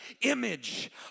image